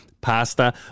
pasta